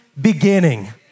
beginning